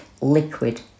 liquid